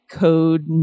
code